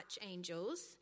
archangels